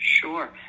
Sure